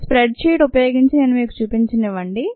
ఒక spreadsheet ఉపయోగించి నేను మీకు చూపించనివ్వండి